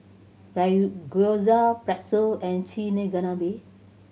Gyoza Pretzel and Chigenabe